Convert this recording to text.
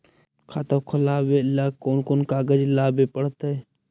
खाता खोलाबे ल कोन कोन कागज लाबे पड़तै?